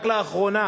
רק לאחרונה